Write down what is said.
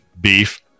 beef